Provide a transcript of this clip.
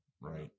Right